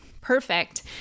perfect